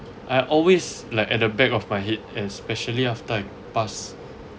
I always like at the back of my head especially after I pass